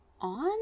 on